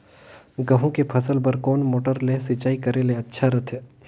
गहूं के फसल बार कोन मोटर ले सिंचाई करे ले अच्छा रथे?